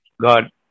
God